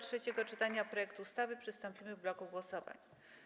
Do trzeciego czytania projektu ustawy przystąpimy w bloku głosowań.